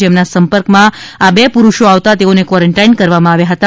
જેમના સંપર્કમાં આ બે પુરૃષો આવતા તેઓને ક્વોરેન્ટાઇન કરવામાં આવ્યા હતા